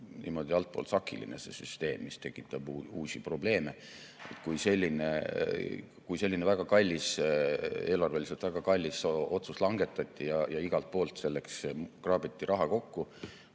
niimoodi altpoolt sakiline, mis tekitab uusi probleeme. Kui selline eelarveliselt väga kallis otsus langetati ja igalt poolt selleks kraabiti raha kokku,